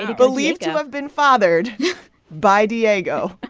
believed to have been fathered by diego.